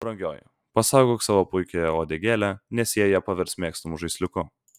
brangioji pasaugok savo puikiąją uodegėlę nes jie ją pavers mėgstamu žaisliuku